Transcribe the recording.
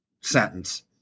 sentence